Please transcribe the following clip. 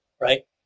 right